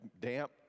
damp